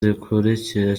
zikurikira